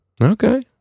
Okay